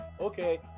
Okay